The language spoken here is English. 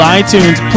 iTunes